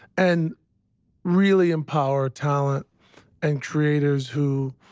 and really empower talent and creators who